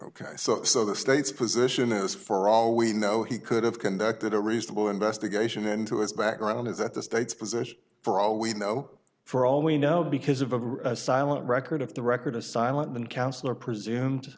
ok so so the state's position is for all we know he could have conducted a reasonable investigation into his background is that the state's position for all we know for all we know because of a silent record of the record a silent counselor presumed